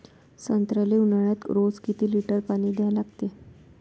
संत्र्याले ऊन्हाळ्यात रोज किती लीटर पानी द्या लागते?